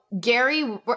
Gary